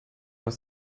aus